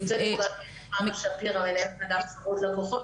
אני נחמה שפירא, מנהלת אגף שירות הלקוחות